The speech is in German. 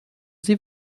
sie